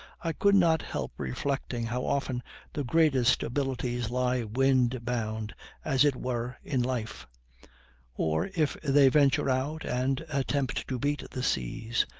i could not help reflecting how often the greatest abilities lie wind-bound as it were in life or, if they venture out and attempt to beat the seas,